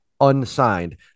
unsigned